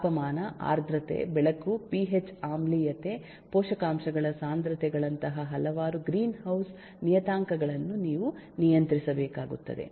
ತಾಪಮಾನ ಆರ್ದ್ರತೆ ಬೆಳಕು ಪಿಎಚ್ ಆಮ್ಲೀಯತೆ ಪೋಷಕಾಂಶಗಳ ಸಾಂದ್ರತೆಗಳಂತಹ ಹಲವಾರು ಗ್ರೀನ್ ಹೌಸ್ ನಿಯತಾಂಕಗಳನ್ನು ನೀವು ನಿಯಂತ್ರಿಸಬೇಕಾಗುತ್ತದೆ